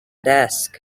desk